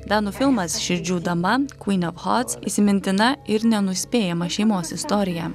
danų filmas širdžių dama kvyn of harts įsimintina ir nenuspėjama šeimos istorija